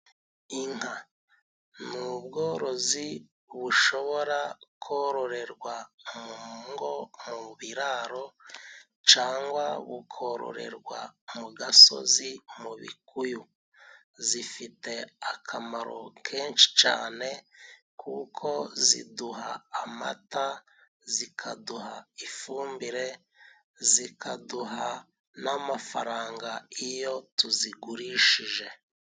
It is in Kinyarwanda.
Inka ni ubworozi bushobora kororerwa mu ngo mu biraro cangwa bukororerwa mu gasozi mu bikuyu, zifite akamaro kenshi cane kuko ziduha amata, zikaduha ifumbire, zikaduha n'amafaranga iyo tuzigurishije.